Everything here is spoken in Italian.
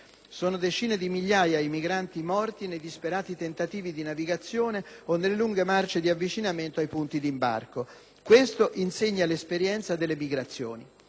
sono decine di migliaia i migranti morti nei disperati tentativi di navigazione o nelle lunghe marce di avvicinamento ai punti di imbarco. Questo insegna l'esperienza delle migrazioni.